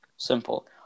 Simple